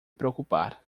preocupar